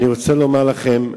אני רוצה לומר לכם,